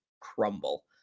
crumble